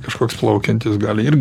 kažkoks plaukiantis gali irgi